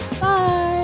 Bye